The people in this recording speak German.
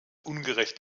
ungerecht